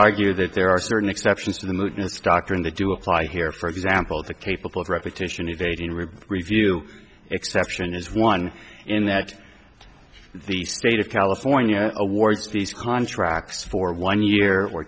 argue that there are certain exceptions to the movement's doctrine that do apply here for example the capable of repetition of a general review exception is one in that the state of california awards these contracts for one year or